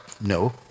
no